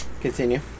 Continue